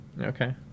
Okay